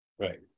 Right